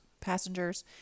passengers